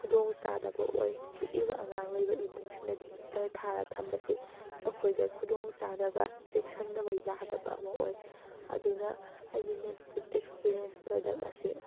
ꯈꯨꯗꯣꯡ ꯆꯥꯗꯕ ꯑꯣꯏ ꯄꯤꯛꯏꯕ ꯑꯉꯥꯡ ꯂꯩꯕ ꯏꯃꯨꯡꯁꯤꯡꯗꯗꯤ ꯍꯤꯇꯔ ꯊꯥꯔ ꯊꯝꯕꯁꯤ ꯑꯩꯈꯣꯏꯗ ꯈꯨꯗꯣꯡ ꯆꯥꯗꯕ ꯆꯦꯛꯁꯟꯗꯕ ꯌꯥꯗꯕ ꯑꯃ ꯑꯣꯏ ꯑꯗꯨꯅ ꯑꯩꯒꯤ ꯅꯦꯒꯦꯇꯤꯞ ꯑꯦꯛꯁꯄꯤꯔꯤꯌꯦꯟꯁ ꯄ꯭ꯔꯗꯛ ꯑꯁꯤ